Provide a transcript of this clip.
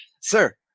sir